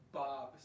bob